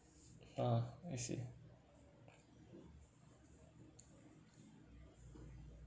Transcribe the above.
uh I see